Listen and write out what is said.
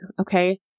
Okay